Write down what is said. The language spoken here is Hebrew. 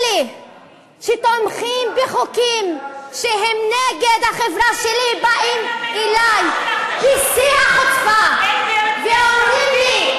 אלה שתומכים בחוקים שהם נגד החברה שלי באים אלי בשיא החוצפה ואומרים לי,